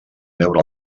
veure